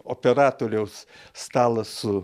operatoriaus stalas su